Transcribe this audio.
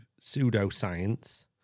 pseudoscience